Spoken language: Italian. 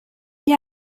gli